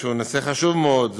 שהוא נושא חשוב מאוד.